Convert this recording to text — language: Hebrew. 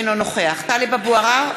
אינו נוכח טלב אבו עראר,